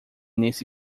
nesse